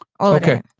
okay